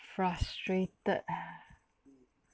frustrated ah